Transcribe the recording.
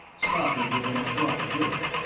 stopping with an abrupt jerk,